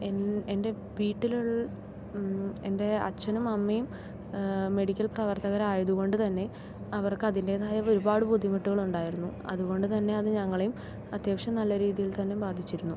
എൻ്റെ വീട്ടിലുള്ള എൻ്റെ അച്ഛനും അമ്മയും മെഡിക്കൽ പ്രവർത്തകരായത് കൊണ്ട് തന്നെ അവർക്കതിന്റേതായ ഒരുപാട് ബുദ്ധിമുട്ടുകൾ ഉണ്ടായിരുന്നു അതുകൊണ്ട് തന്നെ അത് ഞങ്ങളേയും അത്യാവശ്യം നല്ല രീതിയിൽ തന്നെ ബാധിച്ചിരുന്നു